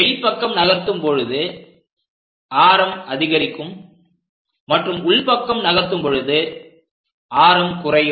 வெளிப்பக்கம் நகர்த்தும் பொழுது ஆரம் அதிகரிக்கும் மற்றும் உள்பக்கம் நகர்த்தும் பொழுது ஆரம் குறையும்